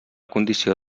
condició